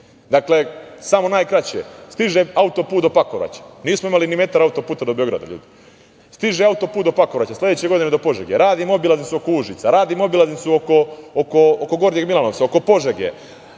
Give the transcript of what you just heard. Dakle, samo najkraće. Stiže auto-put do Pakovraće. Nismo imali ni metar auto-puta do Beograda, ljudi. Stiže auto-put do Pakovraće, sledeće godine do Požege. Radimo obilaznicu oko Užica, radimo obilaznicu oko Gornjeg Milanovca, oko Požege.